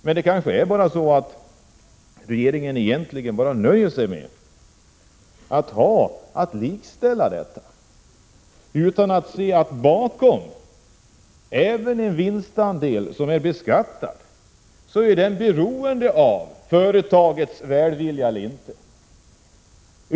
Men regeringen nöjer sig kanske med att bara likställa lön och vinstandelar, utan att se att även en beskattad vinstandel är beroende av företagets välvilja.